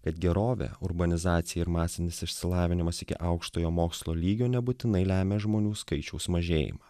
kad gerovė urbanizacija ir masinis išsilavinimas iki aukštojo mokslo lygio nebūtinai lemia žmonių skaičiaus mažėjimą